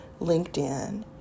LinkedIn